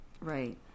Right